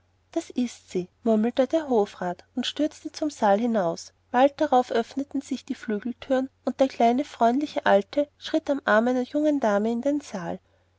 das sind sie murmelte der hofrat und stürzte zum saal hinaus bald darauf öffneten sich die flügeltüren und der kleine freundliche alte schritt am arm einer jungen dame in den saal